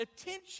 attention